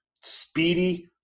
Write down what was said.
speedy